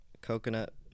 coconut